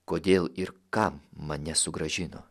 kodėl ir kam mane sugrąžino